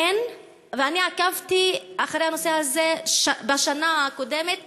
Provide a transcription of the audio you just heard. אין, ואני עקבתי אחרי הנושא הזה בשנה הקודמת,